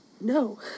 No